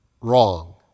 wrong